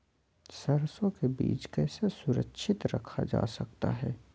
सरसो के बीज कैसे सुरक्षित रखा जा सकता है?